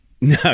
No